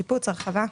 שיפוץ, הרחבה.